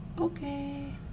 okay